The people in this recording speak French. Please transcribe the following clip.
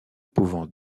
pouvant